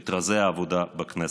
את רזי העבודה בכנסת,